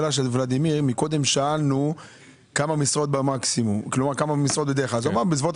קודם שאלנו כמה משרות בדרך כלל והוא אמר שבסביבות